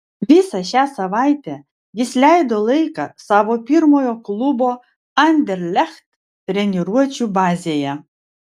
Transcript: visą šią savaitę jis leido laiką savo pirmojo klubo anderlecht treniruočių bazėje